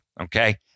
Okay